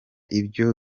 ibyo